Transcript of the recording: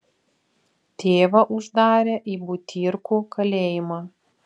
tėvą uždarė į butyrkų kalėjimą